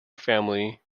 family